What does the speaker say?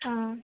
ହଁ